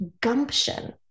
gumption